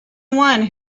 one